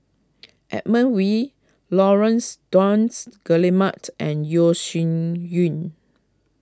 Edmund Wee Laurence Nunns Guillemard and Yeo Shih Yun